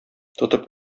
тотып